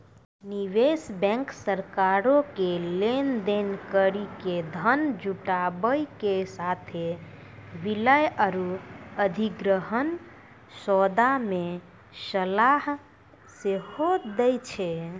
निवेश बैंक सरकारो के लेन देन करि के धन जुटाबै के साथे विलय आरु अधिग्रहण सौदा मे सलाह सेहो दै छै